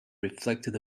reflected